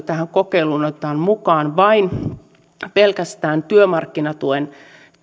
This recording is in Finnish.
tähän hallituksen kokeiluun otetaan mukaan vain pelkästään työmarkkinatuen